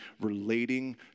relating